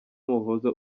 muhoza